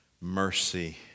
mercy